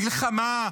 מלחמה,